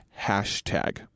hashtag